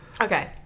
Okay